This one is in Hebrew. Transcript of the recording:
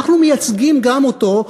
אנחנו מייצגים גם אותו,